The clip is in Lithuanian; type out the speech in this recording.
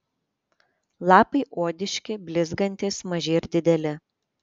lapai odiški blizgantys maži ir dideli